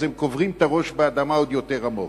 אז הם קוברים את הראש באדמה עוד יותר עמוק.